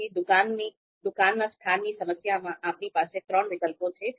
તેથી દુકાનના સ્થાનની સમસ્યામાં આપણી પાસે ત્રણ વિકલ્પો છે